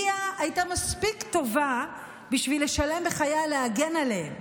ליה הייתה מספיק טובה בשביל לשלם בחייה להגן עליהם,